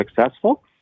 successful